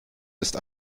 ist